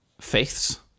faiths